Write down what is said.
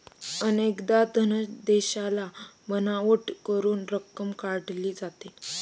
अनेकदा धनादेशाला बनावट करून रक्कम काढली जाते